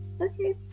okay